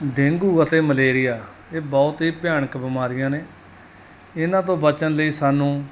dengue ਅਤੇ malaria ਇਹ ਬਹੁਤ ਹੀ ਭਿਆਨਕ ਬਿਮਾਰੀਆਂ ਨੇ ਇਹਨਾਂ ਤੋਂ ਬਚਣ ਲਈ ਸਾਨੂੰ